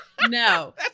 no